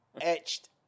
etched